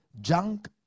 junk